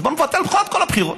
אז בואו נבטל את כל הבחירות.